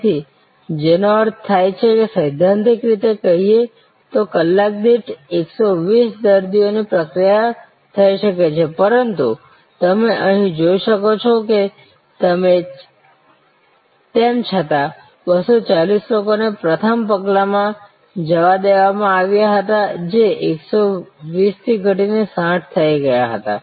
તેથી જેનો અર્થ થાય છે કે સૈદ્ધાંતિક રીતે કહીએ તો કલાક દીઠ 120 દર્દીઓની પ્રક્રિયા થઈ શકે છે પરંતુ તમે અહીં જોઈ શકો છો તેમ છતાં 240 લોકોને પ્રથમ પગલામાં જવા દેવામાં આવ્યા હતા જે 120 થી ઘટીને 60 થઈ ગયા હતા